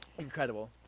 Incredible